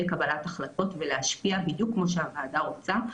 קבלת ההחלטות ולהשפיע בדיוק כמו שהוועדה רוצה.